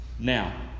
Now